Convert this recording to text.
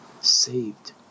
saved